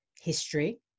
history